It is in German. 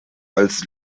als